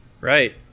Right